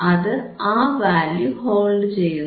അത് ആ value hold ചെയ്യുന്നു